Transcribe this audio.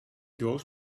doos